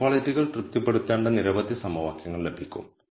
ഇക്വാളിറ്റികൾ തൃപ്തിപ്പെടുത്തേണ്ട നിരവധി സമവാക്യങ്ങൾ ലഭിക്കും